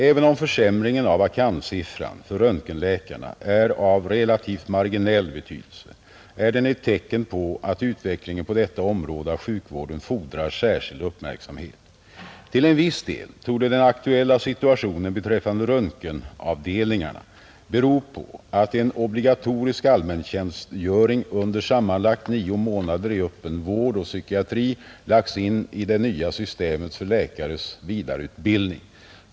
Även om försämringen av vakanssiffran för röntgenläkarna är av relativt marginell betydelse, är den ett tecken på att utvecklingen på detta område av sjukvården fordrar särskild uppmärksamhet. Till en viss del torde den aktuella situationen beträffande röntgenavdelningarna bero på att en obligatorisk allmäntjänstgöring under sammanlagt nio månader i öppen vård och psykiatri lagts in i det nya systemet för läkares vidareutbildning.